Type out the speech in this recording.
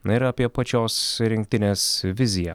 na ir apie pačios rinktinės viziją